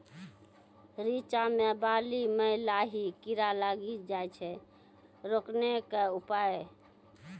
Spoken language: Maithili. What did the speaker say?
रिचा मे बाली मैं लाही कीड़ा लागी जाए छै रोकने के उपाय?